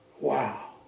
Wow